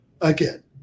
again